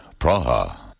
Praha